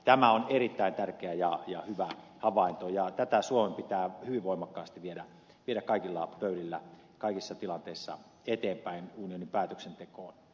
tämä on erittäin tärkeä ja hyvä havainto ja tätä suomen pitää hyvin voimakkaasti viedä kaikilla pöydillä kaikissa tilanteissa eteenpäin unionin päätöksentekoon